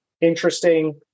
interesting